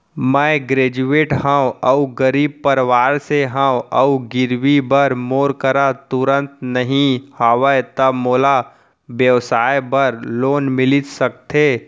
मैं ग्रेजुएट हव अऊ गरीब परवार से हव अऊ गिरवी बर मोर करा तुरंत नहीं हवय त मोला व्यवसाय बर लोन मिलिस सकथे?